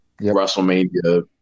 wrestlemania